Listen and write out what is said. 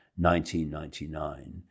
1999